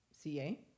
CA